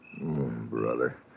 Brother